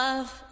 Love